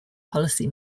policy